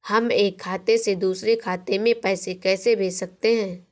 हम एक खाते से दूसरे खाते में पैसे कैसे भेज सकते हैं?